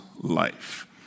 life